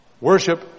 Worship